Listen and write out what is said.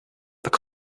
kept